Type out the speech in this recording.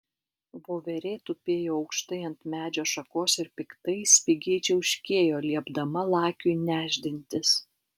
voverė tupėjo aukštai ant medžio šakos ir piktai spigiai čiauškėjo liepdama lakiui nešdintis